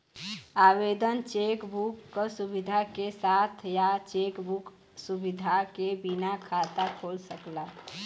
आवेदक cheque book क सुविधा के साथ या चेक बुक सुविधा के बिना खाता खोल सकला